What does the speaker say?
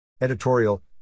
Editorial